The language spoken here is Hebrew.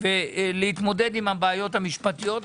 ולהתמודד עם הבעיות המשפטיות,